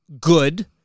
good